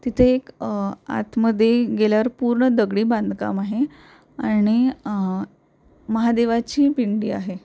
तिथे एक आतमध्ये गेल्यावर पूर्ण दगडी बांधकाम आहे आणि महादेवाची पिंडी आहे